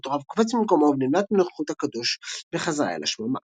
המטורף קופץ ממקומו ונמלט מנוכחות הקדוש בחזרה אל השממה.